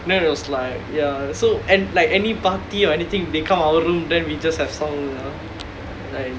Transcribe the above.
then it was like ya so and like any party or anything you can come our room then we just have some like